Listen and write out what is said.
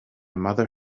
mother